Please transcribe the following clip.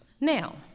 Now